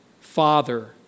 father